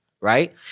right